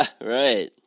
Right